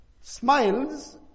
smiles